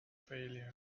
failure